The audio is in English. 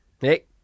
Hey